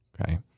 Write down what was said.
okay